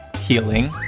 healing